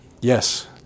Yes